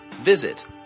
Visit